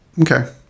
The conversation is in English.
okay